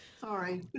Sorry